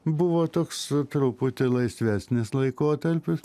buvo toks truputį laisvesnis laikotarpis